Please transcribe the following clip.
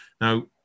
Now